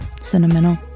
sentimental